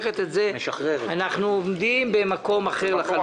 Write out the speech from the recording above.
בעקבותיה אנחנו עומדים במקום אחר לחלוטין.